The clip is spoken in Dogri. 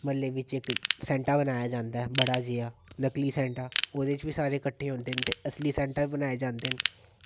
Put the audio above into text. म्हल्ले बिच्च इक सैंटा बनाया जांदा बड़ा जेहा नकली सैंटा ओह्दे बिच्च बी सारे किट्ठे होंदे न ते असली सैंटा बी बनाए जंदे न